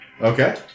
Okay